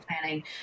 planning